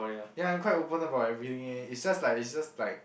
ya I'm quite open about everything eh it's just like it's just like